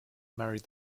married